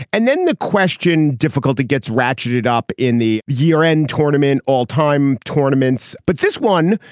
and then the question difficult to gets ratcheted up in the year end tournament all time tournament's. but this one,